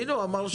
הנה, הוא אמר.